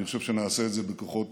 אני חושב שנעשה את זה בכוחות